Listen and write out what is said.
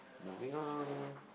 moving on